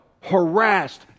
harassed